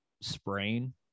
sprain